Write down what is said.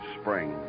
spring